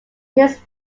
his